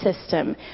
system